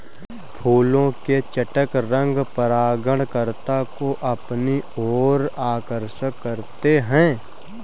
फूलों के चटक रंग परागणकर्ता को अपनी ओर आकर्षक करते हैं